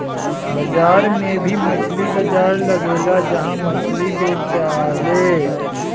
बाजार में भी मछली बाजार लगेला जहा मछली बेचाले